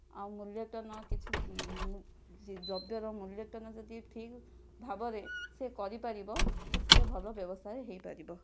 ଆଉ ମୂଲ୍ୟତନ କିଛି ଦ୍ରବ୍ୟର ମୂଲ୍ୟତନ ଯଦି ଠିକ ଭାବରେ ସେ କରିପାରିବ ତ ସିଏ ଭଲ ବ୍ୟବସାୟୀ ହୋଇପାରିବ